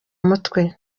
mutwe